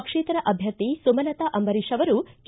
ಪಕ್ಷೇತರ ಅಭ್ಯರ್ಥಿ ಸುಮಲತಾ ಅಂಬರೀಶ್ ಅವರು ಕೆ